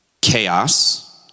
chaos